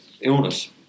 illness